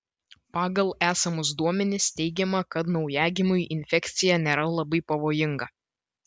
pagal esamus duomenis teigiama kad naujagimiui infekcija nėra labai pavojinga